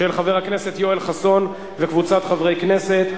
של חבר הכנסת יואל חסון וקבוצת חברי כנסת.